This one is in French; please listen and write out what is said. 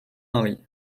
marie